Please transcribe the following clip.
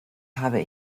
habe